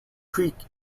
creek